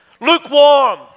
lukewarm